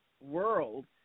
world